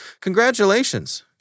Congratulations